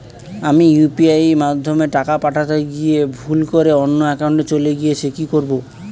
আমি ইউ.পি.আই মাধ্যমে টাকা পাঠাতে গিয়ে ভুল করে অন্য একাউন্টে চলে গেছে কি করব?